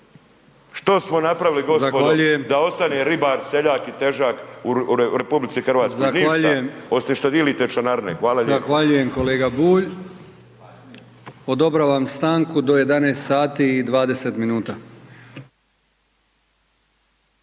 Što smo napravili gospodo da ostane ribar, seljak i težak u RH? Ništa osim šta dijelite članarine, hvala lijepa.